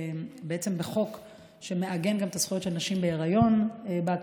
חוק שמעגן גם את הזכויות של נשים בהיריון באקדמיה.